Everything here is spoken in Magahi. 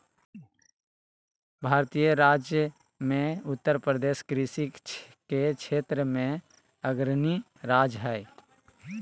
भारतीय राज्य मे उत्तरप्रदेश कृषि के क्षेत्र मे अग्रणी राज्य हय